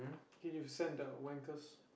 K you send the wankers